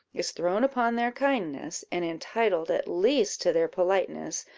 is thrown upon their kindness, and entitled at least to their politeness,